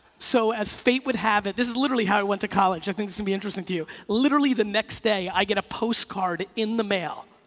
so as fate would have it, this is literally how i went to college, i think this will and be interesting to you. literally the next day i get a postcard in the mail,